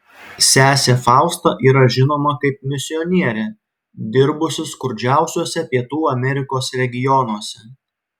sesė fausta yra žinoma kaip misionierė dirbusi skurdžiausiuose pietų amerikos regionuose